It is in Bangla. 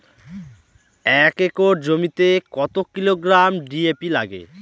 এক একর জমিতে কত কিলোগ্রাম ডি.এ.পি লাগে?